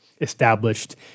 established